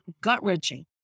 gut-wrenching